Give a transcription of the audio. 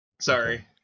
Sorry